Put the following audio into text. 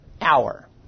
hour